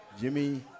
Jimmy